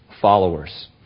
followers